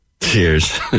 Cheers